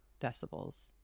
decibels